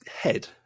head